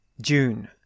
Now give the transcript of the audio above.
June